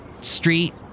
street